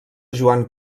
joan